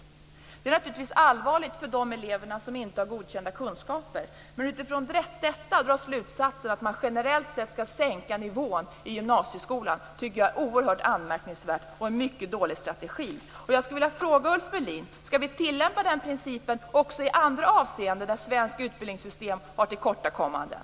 Detta är naturligtvis allvarligt för de elever som inte har godkända kunskaper, men att utifrån detta dra slutsatsen att man generellt sett skall sänka nivån i gymnasieskolan tycker jag är oerhört anmärkningsvärt och en mycket dålig strategi. Jag skulle vilja fråga Ulf Melin: Skall vi tillämpa den principen också i andra avseenden där svenskt utbildningssystem har tillkortakommanden.